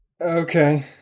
Okay